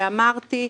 שאמרתי,